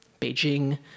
Beijing